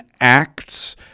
acts